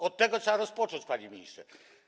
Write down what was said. Od tego trzeba rozpocząć, panie ministrze.